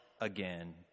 again